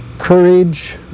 courage,